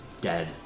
dead